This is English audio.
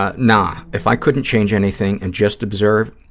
ah nah, if i couldn't change anything and just observe,